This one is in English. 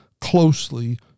closely